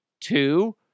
Two